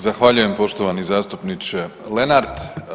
Zahvaljujem poštovani zastupniče Lenart.